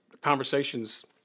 conversations